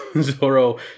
Zoro